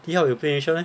T_hub 有 Play Nation meh